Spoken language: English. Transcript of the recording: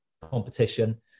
competition